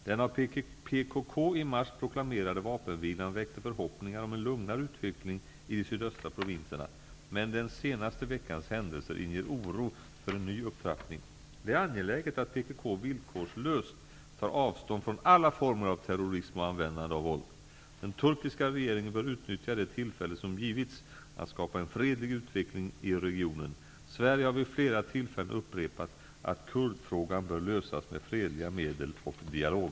Den av PKK i mars proklamerade vapenvilan väckte förhoppningar om en lugnare utveckling i de sydöstra provinserna, men den senaste veckans händelser inger oro för en ny upptrappning. Det är angeläget att PKK villkorslöst tar avstånd från alla former av terrorism och användande av våld. Den turkiska regeringen bör utnyttja det tillfälle som givits att skapa en fredlig utveckling i regionen. Sverige har vid flera tillfällen upprepat att kurdfrågan bör lösas med fredliga medel och dialog.